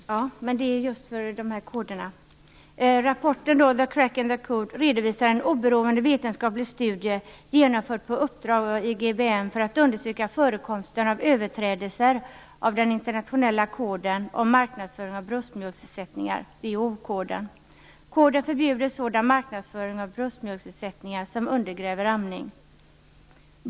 Fru talman! Ja, men det gäller just de här reglerna. I rapporten Cracking the Code redovisas en oberoende vetenskaplig studie, genomförd på uppdrag av IGBM för att understryka förekomsten av överträdelser av de internationella reglerna för marknadsföring av bröstmjölksersättningar, WHO-reglerna. I reglerna förbjuds sådan marknadsföring av bröstmjölksersättningar som undergräver amning.